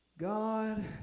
God